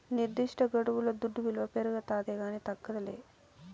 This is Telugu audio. నిర్దిష్టగడువుల దుడ్డు విలువ పెరగతాదే కానీ తగ్గదేలా